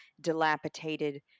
dilapidated